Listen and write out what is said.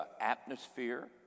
atmosphere